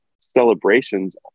celebrations